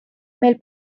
meil